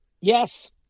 Yes